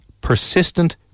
persistent